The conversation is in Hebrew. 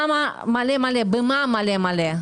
במה מלא מלא?